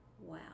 Wow